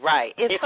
Right